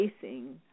facing